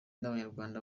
n’abanyarwanda